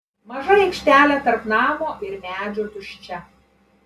maža aikštelė tarp namo ir medžių tuščia